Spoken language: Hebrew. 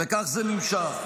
וכך זה נמשך.